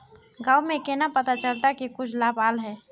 गाँव में केना पता चलता की कुछ लाभ आल है?